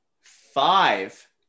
five